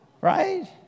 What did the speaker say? right